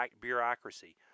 bureaucracy